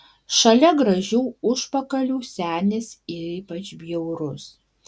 šalia gražių užpakalių senis ypač bjaurus